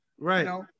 Right